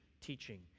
teaching